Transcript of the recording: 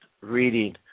reading